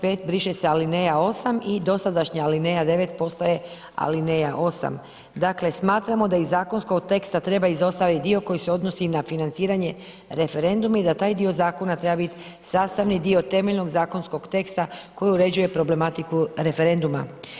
5. briše se alineja 8. i dosadašnja alineja 9. postaje alineja 8. Dakle, smatramo da iz zakonskog teksta treba izostavit dio koji se odnosi na financiranje referenduma i da taj dio zakona treba bit sastavni dio temeljnog zakonskog teksta koji uređuje problematiku referenduma.